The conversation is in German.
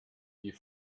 die